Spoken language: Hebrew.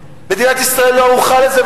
מדינת ישראל לא ערוכה לזה,